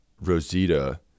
Rosita